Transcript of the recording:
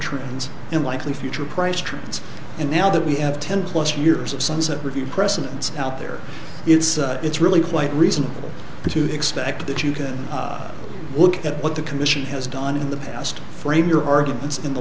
trends in likely future price trends and now that we have ten plus years of sunset review precedents out there it's it's really quite reasonable to expect that you can look at what the commission has done in the past frame your arguments in the